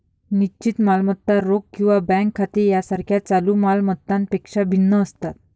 निश्चित मालमत्ता रोख किंवा बँक खाती यासारख्या चालू माल मत्तांपेक्षा भिन्न असतात